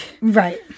Right